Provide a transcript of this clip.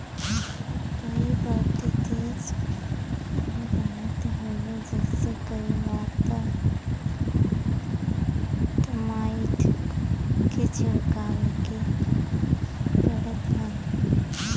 पई बहुते तेज बढ़त हवे जेसे कई बार त टर्माइट के छिड़कवावे के पड़त हौ